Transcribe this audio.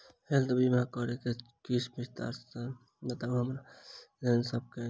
Health बीमा केँ बारे किछ विस्तार सऽ बताउ हमरा लेबऽ केँ छयः?